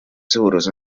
suurus